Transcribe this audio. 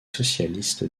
socialiste